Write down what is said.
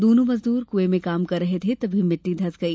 दोनों मजदूर कुएं में काम कर रहे थे तभी मिट्टी धंस गई